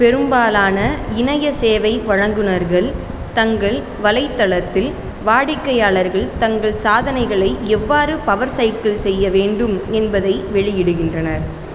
பெரும்பாலான இணைய சேவை வழங்குநர்கள் தங்கள் வலைத்தளத்தில் வாடிக்கையாளர்கள் தங்கள் சாதனைகளை எவ்வாறு பவர் சைக்கிள் செய்ய வேண்டும் என்பதை வெளியிடுகின்றனர்